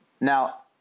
Now